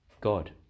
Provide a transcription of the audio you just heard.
God